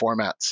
formats